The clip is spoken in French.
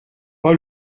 pas